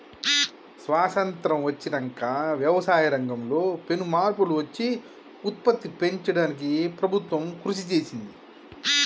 స్వాసత్రం వచ్చినంక వ్యవసాయ రంగం లో పెను మార్పులు వచ్చి ఉత్పత్తి పెంచడానికి ప్రభుత్వం కృషి చేసింది